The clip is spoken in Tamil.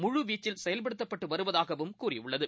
முழுவீச்சில் செயல்படுத்தப்பட்டுவருவதாகவும் கூறியுள்ளது